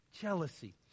Jealousy